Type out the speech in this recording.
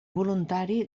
voluntari